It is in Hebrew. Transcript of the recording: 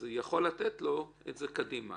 לשלם את האגרות מחדש,